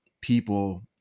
people